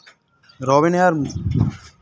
robin यार